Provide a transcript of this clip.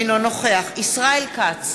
אינו נוכח ישראל כץ,